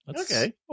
Okay